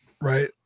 right